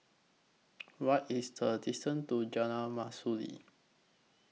What IS The distance to Jalan Mastuli